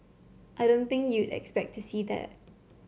I don't think you'd expect to see that